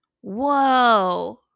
Whoa